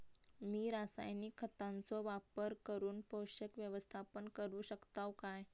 मी रासायनिक खतांचो वापर करून पोषक व्यवस्थापन करू शकताव काय?